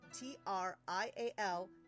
T-R-I-A-L